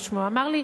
שאמר לי,